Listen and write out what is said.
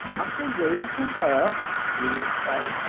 utter ruin to her you will say.